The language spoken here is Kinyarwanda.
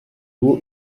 ubu